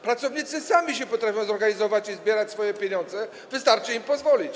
Pracownicy sami się potrafią zorganizować i zbierać swoje pieniądze, wystarczy im pozwolić.